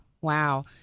Wow